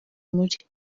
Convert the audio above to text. muri